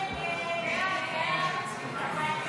הסתייגות 61 לא נתקבלה.